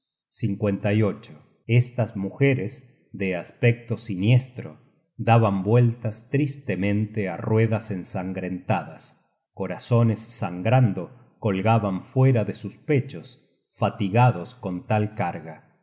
á sus maridos estas mujeres de aspecto siniestro daban vueltas tristemente á ruedas ensangrentadas corazones sangrando colgaban fuera de sus pechos fatigados con tal carga